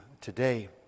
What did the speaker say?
today